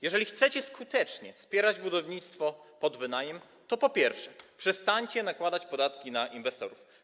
Jeżeli chcecie skutecznie wspierać budownictwo pod wynajem, to po pierwsze, przestańcie nakładać podatki na inwestorów.